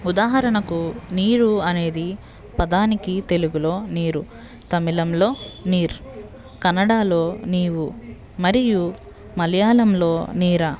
ఉదాహరణకు నీరు అనేది పదానికి తెలుగులో నీరు తమిళంలో నీర్ కనడలో నీరు మరియు మలయాళంలో నీర